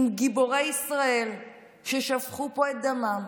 עם גיבורי ישראל ששפכו פה את דמם,